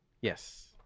Yes